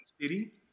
City